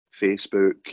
Facebook